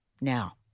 Now